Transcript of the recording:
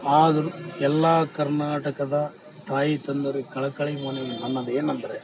ಆದರು ಎಲ್ಲಾ ಕರ್ನಾಟಕದ ತಾಯಿ ತಂದೆಯರಿಗೆ ಕಳ ಕಳಿಯ ಮನವಿ ನನ್ನದೇನಂದರೆ